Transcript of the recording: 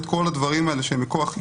אלה תקנות חובה מכוח החוק